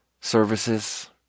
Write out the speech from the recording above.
services